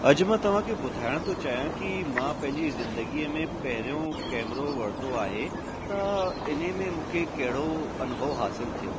अजु मां तव्हां खे ॿुधाइण थो चाहियां की मां पंहिंजी ज़िंदगीअ में पहिरियों केमिरो वरितो आहे त इने में मूंखे कहिड़ो अनुभव हासिलु थियो